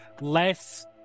Less